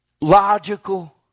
logical